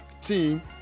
team